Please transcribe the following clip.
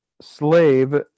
slave